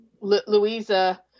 Louisa